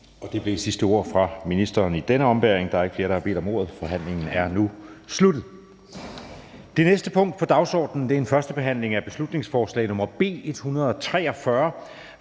bliver det sidste ord fra ministeren i denne ombæring. Der er ikke flere, der har bedt om ordet, så forhandlingen er nu sluttet. --- Det næste punkt på dagsordenen er: 2) 1. behandling af beslutningsforslag nr. B 143: